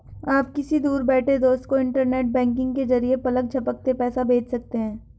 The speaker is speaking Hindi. आप किसी दूर बैठे दोस्त को इन्टरनेट बैंकिंग के जरिये पलक झपकते पैसा भेज सकते हैं